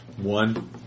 One